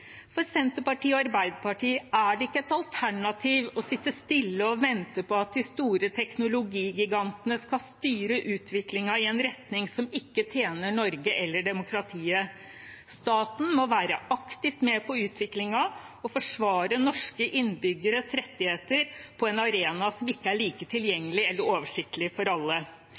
For Senterpartiet og Arbeiderpartiet er det ikke et alternativ å sitte stille og vente på at de store teknologigigantene skal styre utviklingen i en retning som ikke tjener Norge eller demokratiet. Staten må være aktivt med på utviklingen og forsvare norske innbyggeres rettigheter på en arena som ikke er like tilgjengelig eller oversiktlig for alle.